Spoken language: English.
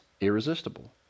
irresistible